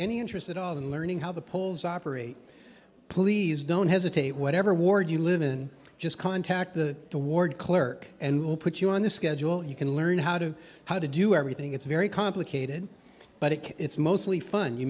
any interest at all in learning how the polls operate please don't hesitate whatever ward you live in just contact the the ward clerk and we'll put you on the schedule you can learn how to how to do everything it's very complicated but it it's mostly fun you